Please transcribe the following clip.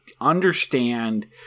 understand